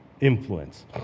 influence